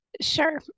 Sure